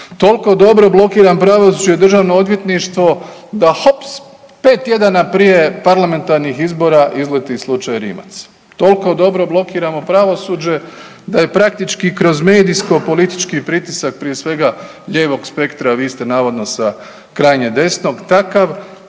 Toliko dobro blokiram pravosuđe i državno odvjetništvo da hops 5 tjedana prije parlamentarnih izbora izleti slučaj Rimac. Toliko dobro blokiramo pravosuđe da je praktički kroz medijsko politički pritisak prije svega lijevog spektra, a vi ste navodno sa krajnje desnog, takav